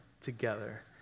together